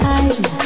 eyes